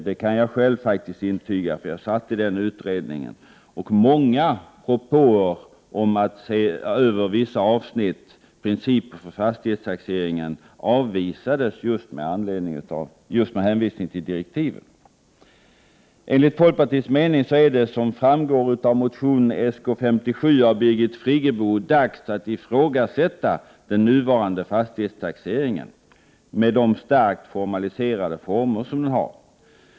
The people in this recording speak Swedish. Det kan jag själv intyga, eftersom jag satt i den utredningen. Många propåer om att man skulle se över vissa avsnitt, principer för fastighetstaxeringen, avvisades just med hänvisning till direktiven. Enligt folkpartiets mening är det, som framgår av motion Sk57 av Birgit Friggebo, dags att ifrågasätta den nuvarande fastighetstaxeringen, med dess starkt formaliserade form.